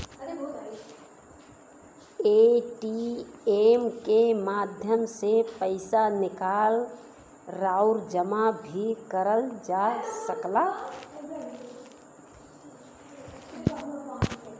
ATM के माध्यम से पइसा निकाल आउर जमा भी करल जा सकला